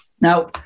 Now